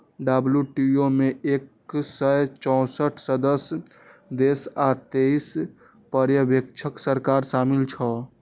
WTO मे एक सय चौंसठ सदस्य देश आ तेइस पर्यवेक्षक सरकार शामिल छै